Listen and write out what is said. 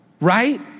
Right